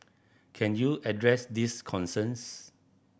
can you address these concerns